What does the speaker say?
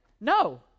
No